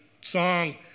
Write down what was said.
song